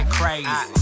crazy